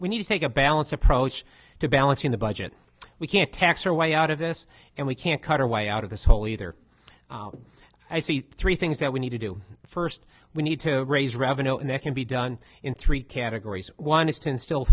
we need to take a balanced approach to balancing the budget we can't tax our way out of this and we can't cut our way out of this hole either i see three things that we need to do first we need to raise revenue and that can be done in three categories one is to instill